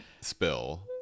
spill